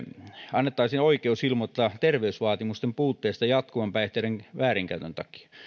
annettaisiin oikeus ilmoittaa terveysvaatimusten täyttymisen puutteista jatkuvan päihteiden väärinkäytön takia